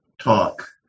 talk